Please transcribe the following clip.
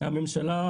הממשלה,